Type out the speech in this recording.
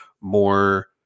more